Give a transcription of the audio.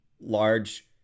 large